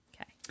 okay